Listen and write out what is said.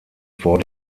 vor